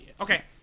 Okay